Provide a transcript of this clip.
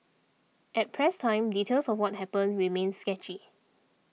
at press time details of what happened remains sketchy